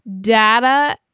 data